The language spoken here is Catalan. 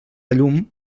llum